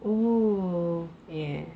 oh